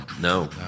No